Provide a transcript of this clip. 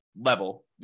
level